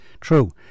True